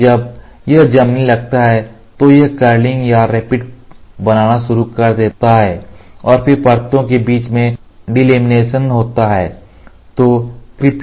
इसलिए जब यह जमने लगता है तो यह कर्लिंग या रैपिंग बनाना शुरू कर देता है और फिर परतों के बीच में डिलेमिनेशन होता है